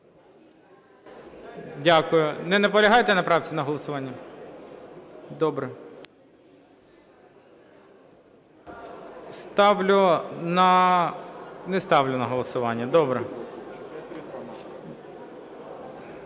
Дякую.Не наполягаєте на правці, на голосуванні? Добре. Ставлю на… Не ставлю на голосування. Добре.